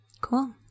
cool